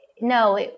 no